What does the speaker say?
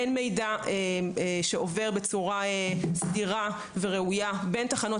אין מידע שעובר בצורה ראויה בין תחנות